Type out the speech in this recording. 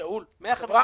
שאול, אתה טועה.